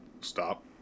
Stop